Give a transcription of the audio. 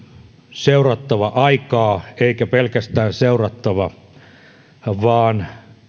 seurattava aikaa eikä pelkästään seurattava vaan